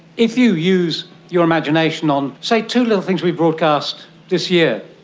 if you use your imagination on, say, two little things we broadcast this year,